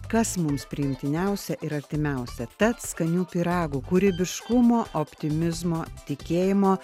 kas mums priimtiniausia ir artimiausia tad skanių pyragų kūrybiškumo optimizmo tikėjimo